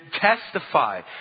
testify